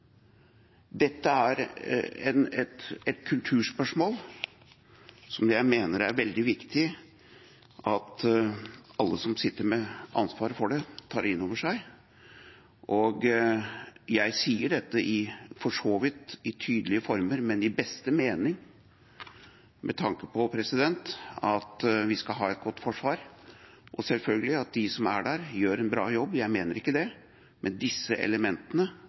Dette er et kulturspørsmål som jeg mener det er veldig viktig at alle som sitter med ansvaret, tar inn over seg. Jeg sier dette i for så vidt tydelige former, men i beste mening, med tanke på at vi skal ha et godt forsvar, og selvfølgelig med tanke på at de som er der, gjør en bra jobb. Jeg mener ikke noe annet. Men disse